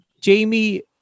Jamie